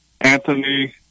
Anthony